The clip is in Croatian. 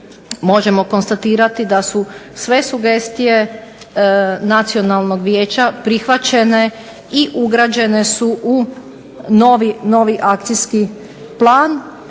možemo konstatirati da su sve sugestije Nacionalnog vijeća prihvaćene i ugrađene su u novi akcijski plan.